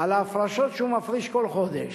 על ההפרשות שהוא מפריש כל חודש,